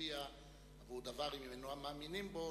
להצביע עבור דבר אם הם אינם מאמינים בו,